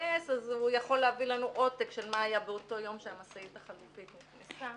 אז הוא יכול להביא לנו עותק של מה היה באותו יום שהמשאית החלופית נכנסה.